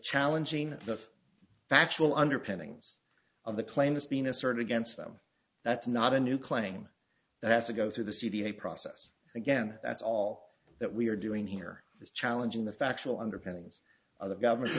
challenging the factual underpinnings of the claims being asserted against them that's not a new claim that has to go through the c v a process again that's all that we are doing here is challenging the factual underpinnings of the government